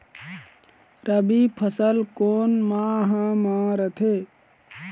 रबी फसल कोन माह म रथे?